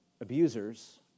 abusers